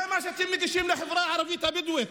זה מה שאתם מגישים לחברה הערבית הבדואית